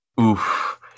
Oof